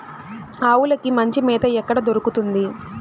ఆవులకి మంచి మేత ఎక్కడ దొరుకుతుంది?